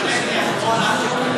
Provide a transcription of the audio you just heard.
חצי שעה.